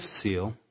seal